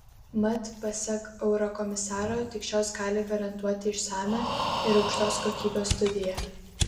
mat pasak eurokomisaro tik šios gali garantuoti išsamią ir aukštos kokybės studiją